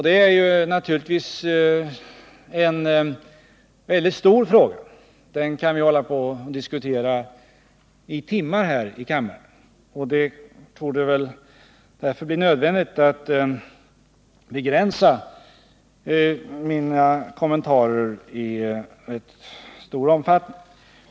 Det är en mycket stor fråga som vi kan diskutera i kammaren i timmar. Det torde därför bli nödvändigt att jag begränsar mina kommentarer.